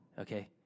Okay